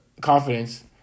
confidence